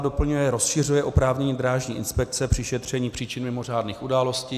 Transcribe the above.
Doplňuje, rozšiřuje oprávnění Drážní inspekce při šetření příčin mimořádných událostí.